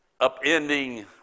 Upending